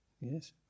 Yes